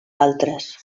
altres